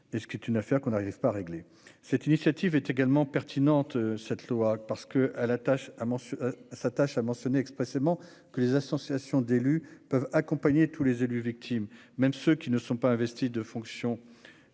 est ce qui est une affaire qu'on n'arrive pas à régler cette initiative est également pertinente cette loi parce que à la tâche à mon sa tâche à mentionner expressément que les associations d'élus peuvent accompagner tous les élus victimes, même ceux qui ne sont pas investis de fonctions